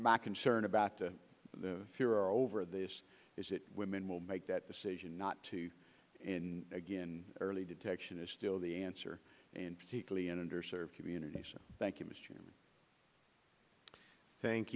my concern about the furor over this is that women will make that decision not to and again early detection is still the answer and particularly in underserved communities thank you mr and thank